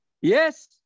Yes